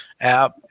app